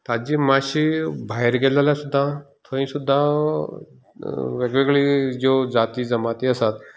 ताची मातशी भायर गेल्या सुद्दां थंय सुद्दां वेगवेगळी ज्यो जाती जमाती आसात